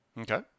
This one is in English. Okay